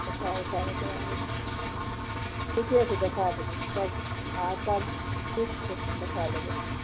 ठिके छै देखै देबौ सब हँ सब ठीक छै देखै देबौ